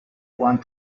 want